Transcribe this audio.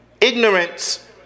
Ignorance